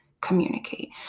communicate